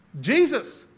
jesus